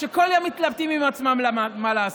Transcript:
שכל יום מתלבטים עם עצמם מה לעשות?